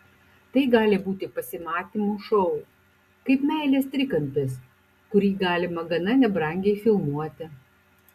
tai gali būti pasimatymų šou kaip meilės trikampis kurį galima gana nebrangiai filmuoti